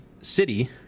city